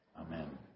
Amen